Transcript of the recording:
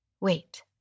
Wait